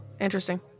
Interesting